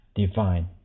divine،